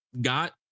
got